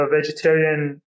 vegetarian